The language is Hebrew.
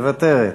מוותרת,